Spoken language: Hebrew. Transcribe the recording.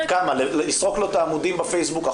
לסרוק לו את העמודים בפייסבוק?